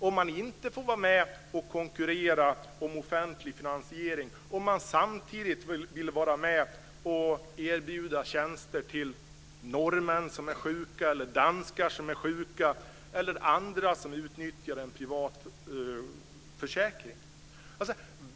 Man får inte vara med och konkurrera om offentlig finansiering om man samtidigt vill vara med och erbjuda tjänster till norrmän eller danskar som är sjuka eller till andra som utnyttjar en privat försäkring.